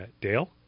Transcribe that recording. dale